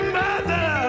mother